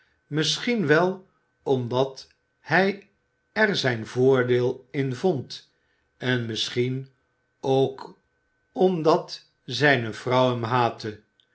misschien wel omdat hij er zijn voordeel in vond en misschien ook omdat zijne vrouw